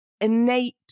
innate